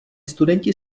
studenti